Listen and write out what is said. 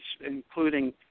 including